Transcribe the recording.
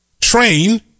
train